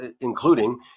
including